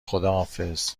خداحافظ